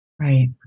right